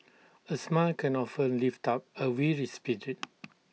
A smile can often lift up A weary spirit